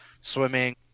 swimming